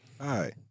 hi